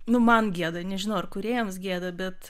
nu man gėda nežinau ar kūrėjams gėda bet